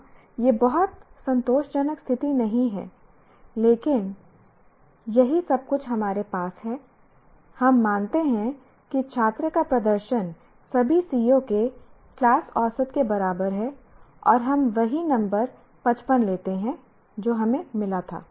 हां यह बहुत संतोषजनक स्थिति नहीं है लेकिन यही सब कुछ हमारे पास है हम मानते हैं कि छात्र का प्रदर्शन सभी CO के क्लास औसत के बराबर है और हम वही नंबर 55 लेते हैं जो हमें मिला था